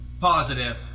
Positive